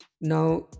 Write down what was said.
now